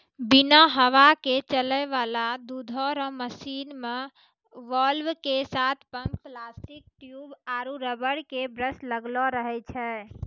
बिना हवा के चलै वाला दुधो रो मशीन मे वाल्व के साथ पम्प प्लास्टिक ट्यूब आरु रबर के ब्रस लगलो रहै छै